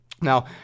Now